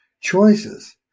choices